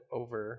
over